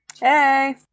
Hey